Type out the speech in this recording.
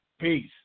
Peace